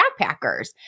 backpackers